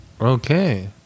Okay